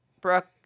Brooke